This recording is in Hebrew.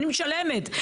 אני משלמת.